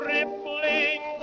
Rippling